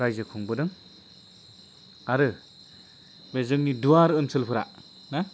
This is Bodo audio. रायजो खुंबोदों आरो बे जोंनि दुवार ओनसोलफोरा ना